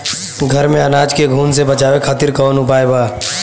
घर में अनाज के घुन से बचावे खातिर कवन उपाय बा?